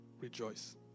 rejoice